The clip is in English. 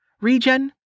Regen